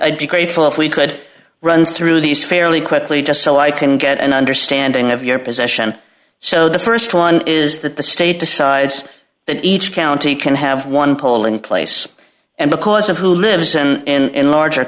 i'd be grateful if we could run through these fairly quickly just so i can get an understanding of your position so the st one is that the state decides that each county can have one polling place and because of who lives in